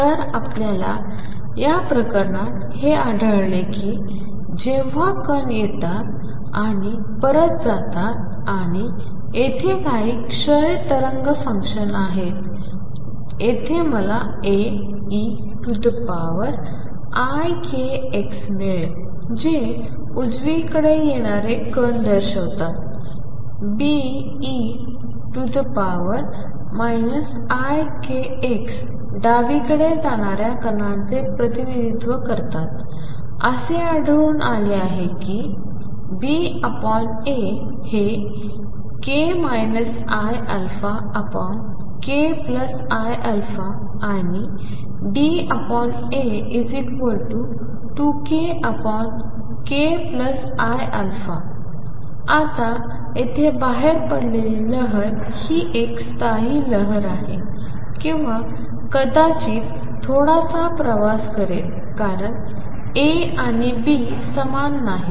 तर आपल्याला या प्रकरणात हे आढळते कि जेव्हा कण येतात आणि परत जातात आणि येथे काही क्षय तरंग फुंकशन आहेत येथे मला Aeikx मिळेल जे उजवीकडे येणारे कण दर्शवतात Be ikx डावीकडे जाणाऱ्या कणांचे प्रतिनिधित्व करतात असे आढळून आले की BA हे k iαkiα आणि DA2kkiα आता येथे बाहेर पडलेली लहर ही एक स्थायी लहर आहे किंवा कदाचित थोडासा प्रवास करेल कारण A आणि B समान नाहीत